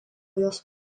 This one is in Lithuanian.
jos